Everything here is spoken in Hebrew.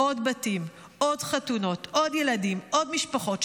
עוד בתים, עוד חתונות, עוד ילדים, עוד משפחות.